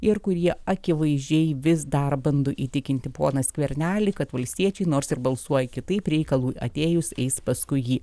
ir kurie akivaizdžiai vis dar bando įtikinti poną skvernelį kad valstiečiai nors ir balsuoja kitaip reikalui atėjus eis paskui jį